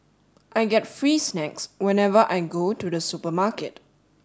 I get free snacks whenever I go to the supermarket